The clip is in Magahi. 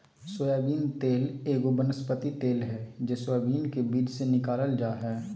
सोयाबीन तेल एगो वनस्पति तेल हइ जे सोयाबीन के बीज से निकालल जा हइ